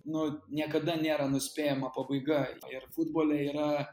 nu niekada nėra nuspėjama pabaiga ir futbole yra